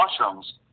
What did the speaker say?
mushrooms